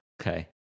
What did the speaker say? Okay